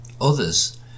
Others